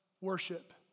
worship